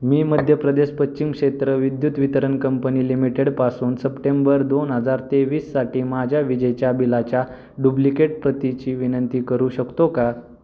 मी मध्य प्रदेश पश्चिम क्षेत्र विद्युत वितरण कंपनी लिमिटेडपासून सप्टेंबर दोन हजार तेवीससाठी माझ्या विजेच्या बिलाच्या डुब्लिकेट प्रतीची विनंती करू शकतो का